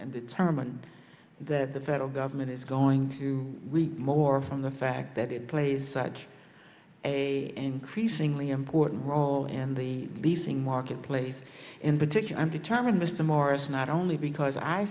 and determined that the federal government is going to reap more from the fact that it plays such a increasingly important role in the leasing marketplace in particular i'm determined mr morris not only because i